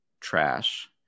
trash